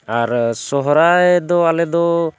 ᱟᱨ ᱥᱚᱦᱨᱟᱭ ᱫᱚ ᱟᱞᱮ ᱫᱚ